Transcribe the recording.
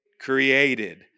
created